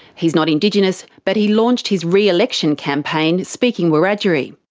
he's not indigenous but he launched his re-election campaign speaking wiradjuri.